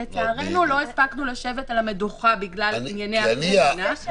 לצערנו לא הספקנו לשבת על המדוכה בגלל ענייני הקורונה.